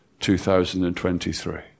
2023